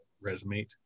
resume